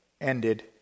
ended